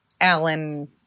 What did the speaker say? Alan